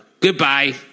goodbye